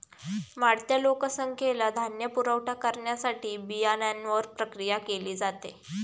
वाढत्या लोकसंख्येला धान्य पुरवठा करण्यासाठी बियाण्यांवर प्रक्रिया केली जाते